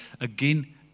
again